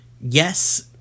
yes